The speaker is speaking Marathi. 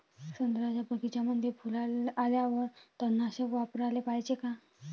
संत्र्याच्या बगीच्यामंदी फुलाले आल्यावर तननाशक फवाराले पायजे का?